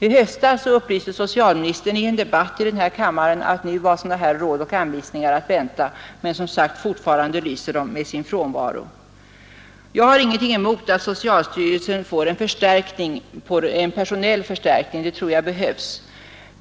I höstas upplyste socialministern i en debatt i denna kammare om att nu var råd och anvisningar att vänta men, som sagt, fortfarande lyser de med sin frånvaro. Jag har ingenting emot att socialstyrelsen får en personalförstärkning — det tror jag behövs.